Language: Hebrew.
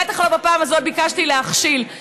בטח לא ביקשתי להכשיל בפעם הזאת.